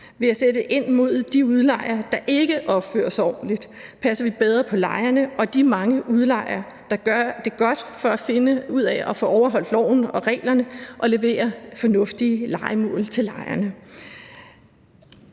Ved at sætte ind mod de udlejere, der ikke opfører sig ordentligt, passer vi bedre på lejerne og de mange udlejere, der gør det godt i forhold til at finde ud af at få overholdt loven og reglerne og levere fornuftige lejemål til lejerne.